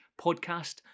podcast